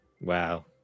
wow